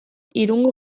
irungo